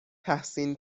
تحسین